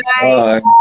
Bye